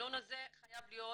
שהמנגנון הזה חייב להיות